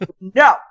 No